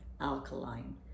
alkaline